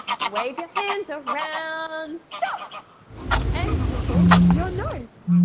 wave your hands around, stop and tickle your nose.